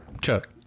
Chuck